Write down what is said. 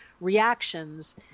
reactions